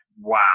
wow